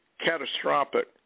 catastrophic